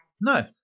No